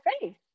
face